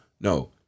no